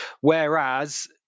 whereas